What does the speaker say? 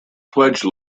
pledge